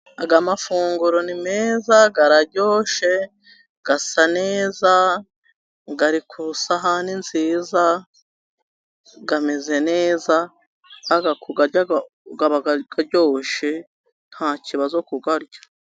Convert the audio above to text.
Aya mafunguro ni meza araryoshe, asaneza, ari ku isahani nziza, ameze neza. Aya kuyarya aba aryoshe, ntakibazo kuyarya.